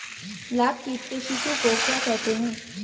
लाख कीट के शिशु को क्या कहते हैं?